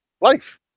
life